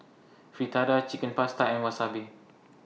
Fritada Chicken Pasta and Wasabi